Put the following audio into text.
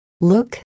look